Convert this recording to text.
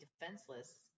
defenseless